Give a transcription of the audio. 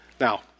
Now